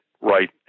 right